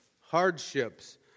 hardships